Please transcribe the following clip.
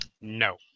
No